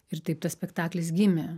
ir taip tas spektaklis gimė